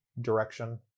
direction